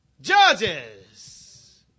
judges